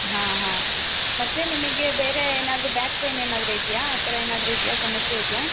ಹಾಂ ಹಾಂ ಮತ್ತು ನಿಮಗೆ ಬೇರೆ ಏನಾದರೂ ಬ್ಯಾಕ್ ಪೈನ್ ಏನಾದರೂ ಇದೆಯಾ ಆ ಥರ ಏನಾದರೂ ಇದೆಯಾ ಸಮಸ್ಯೆ ಇದೆಯಾ